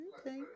Okay